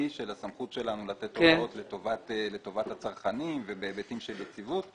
של הסמכות שלנו לתת הוראות לטובת הצרכנים ובהיבטים של יציבות,